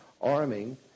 arming